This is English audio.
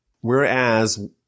Whereas